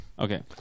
okay